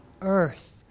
earth